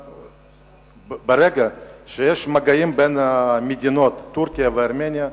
ברגע שיש מגעים בין המדינות טורקיה וארמניה,